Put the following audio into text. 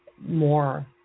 More